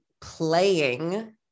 playing